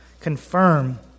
confirm